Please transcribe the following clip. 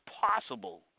possible